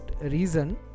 reason